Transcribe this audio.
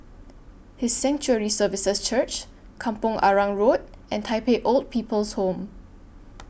His Sanctuary Services Church Kampong Arang Road and Tai Pei Old People's Home